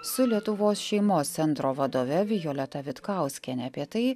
su lietuvos šeimos centro vadove violeta vitkauskiene apie tai